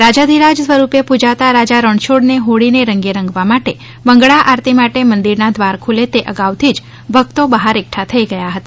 રાજાધિરાજ સ્વરૂપે પૂજાતા રાજા રણછોડને હોળીને રંગે રંગવા માટે મંગલા આરતી માટે મંદિરના દ્વાર ખૂલે તે અગાઉથી ભક્તો બહાર એકઠા થઈ ગયા હતા